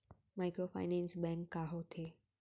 Microfinance bank का होथे?